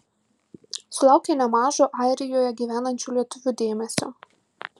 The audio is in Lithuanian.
sulaukė nemažo airijoje gyvenančių lietuvių dėmesio